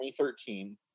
2013